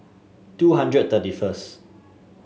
two hundred thirty first